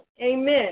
Amen